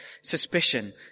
suspicion